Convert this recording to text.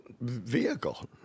vehicle